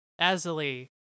Azalee